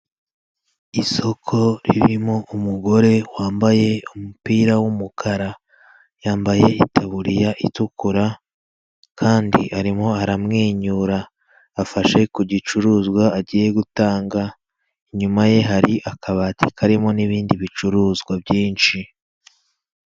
Isoko ririmo umugore wambaye umupira w'umukara, yambaye itaburiya itukura kandi arimo aramwenyura afashe ku gicuruzwa agiye gutanga, inyuma ye hari akabati karimo n'ibindi bicuruzwa byinshi.